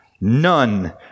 None